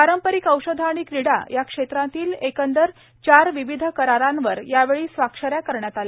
पारंपारिक औषधं आणि क्रीडा या क्षेत्रांतील एकंदर चार विविध करारांवर यावेळी स्वाक्षऱ्या करण्यात आल्या